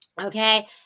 okay